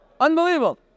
Unbelievable